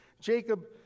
Jacob